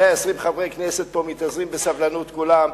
120 חברי כנסת פה מתאזרים בסבלנות כולם,